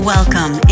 Welcome